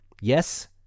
Yes